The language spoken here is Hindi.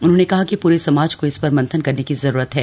उन्होंने कहा कि पूरे समाज को इस पर मंथन करने की जरूरत है